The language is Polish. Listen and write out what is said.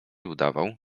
udawał